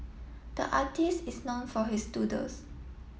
the artist is known for his doodles